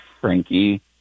Frankie